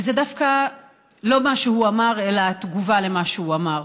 וזה דווקא לא מה שהוא אמר אלא התגובה על מה שהוא אמר.